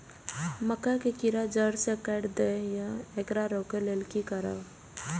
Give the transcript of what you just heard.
मक्का के कीरा जड़ से काट देय ईय येकर रोके लेल की करब?